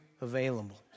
available